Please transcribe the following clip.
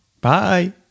Bye